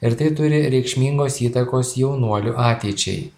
ir tai turi reikšmingos įtakos jaunuolių ateičiai